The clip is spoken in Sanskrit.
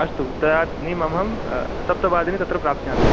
अस्तु तदानीमहं सप्तवादने तत्र प्राप्स्यामि